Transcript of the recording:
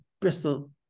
Bristol